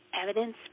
evidence